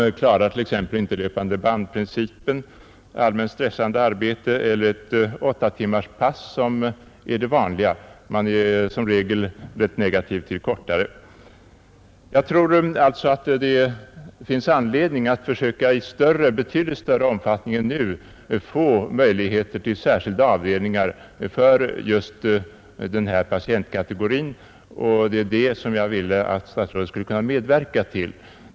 De klarar t.ex. inte arbete efter löpandebandsprinecir ——— pen, allmänt stressande arbete eller arbete i åttatimmarspass, som är det Om skyddade verk vanliga. Arbetsgivarna är i regel ganska negativt inställda till kortare pass. städer för patienter Jag tror alltså att det finns anledning att i betydligt större omfattning under psykiatrisk än nu sker inrätta särskilda avdelningar för dessa patientkategorier, och vård det är det som jag ville att statsrådet skulle medverka till.